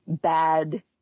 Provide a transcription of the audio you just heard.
bad